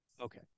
Okay